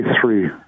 three